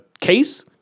case